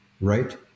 Right